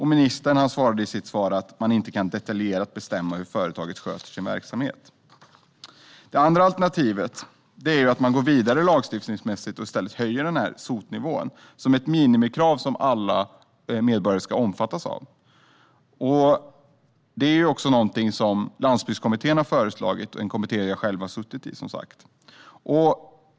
Ministern sa i sitt svar att man inte kan bestämma detaljerat hur företaget sköter sin verksamhet. Det andra alternativet är att man går vidare lagstiftningsmässigt och höjer SOT-nivån, som är ett minimikrav som alla ska omfattas av. Detta är något som Landsbygdskommittén, som jag har suttit i, har föreslagit.